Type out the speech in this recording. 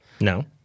No